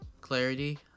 clarity